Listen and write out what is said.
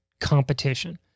competition